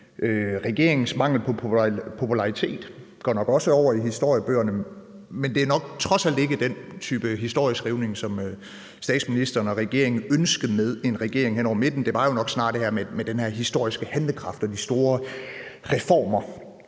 regeringens mangel på popularitet nok også går over i historiebøgerne. Men det var jo trods alt nok ikke den type historieskrivning, som statsministeren og regeringen ønskede med en regering hen over midten, men nok snarere det her med den historiske handlekraft og de store reformer.